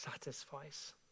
satisfies